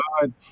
God